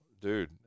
dude –